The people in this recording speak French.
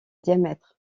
diamètre